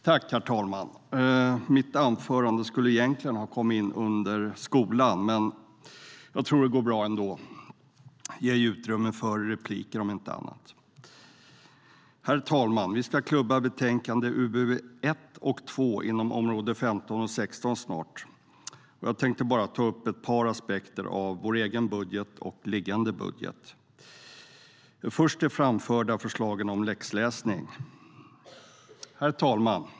Herr talman! Mitt anförande skulle egentligen ha kommit in under debatten om skolan, men jag tror att det går bra ändå. Jag ger utrymme för repliker om inte annat. Herr talman!